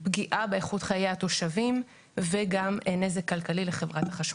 פגיעה באיכות חיי התושבים וגם נזק כלכלי לחברת החשמל.